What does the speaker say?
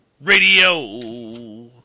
radio